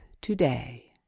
today